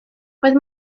roedd